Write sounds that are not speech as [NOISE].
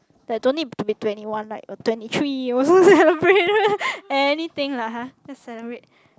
that no need to be twenty one right or twenty three also celebrate [LAUGHS] anything lah !huh! just celebrate